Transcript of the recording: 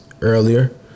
earlier